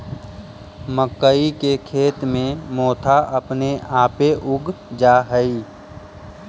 मक्कइ के खेत में मोथा अपने आपे उग जा हई